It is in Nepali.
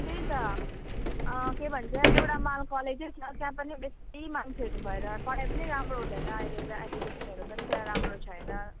त्यही त के भन्छ एउटा माल कलेजै छ त्यहाँ पनि बेसी मान्छेहरू भएर पढाइ पनि राम्रो हुँदैन अहिले त एडुकेसनहरू पनि त्यहाँ राम्रो छैन